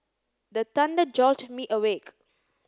the thunder jolt me awake